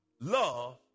love